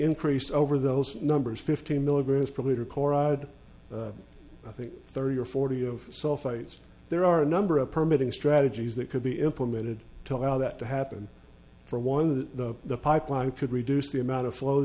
increased over those numbers fifteen milligrams probably dcor out i think thirty or forty of sulfates there are a number of permitting strategies that could be implemented to allow that to happen for one of the pipeline could reduce the amount of flo